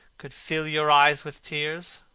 could fill your eyes with tears.